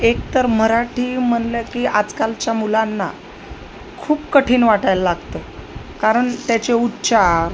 एकतर मराठी म्हणलं की आजकालच्या मुलांना खूप कठीण वाटायला लागतं कारण त्याचे उच्चार